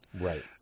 right